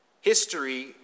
History